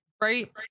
Right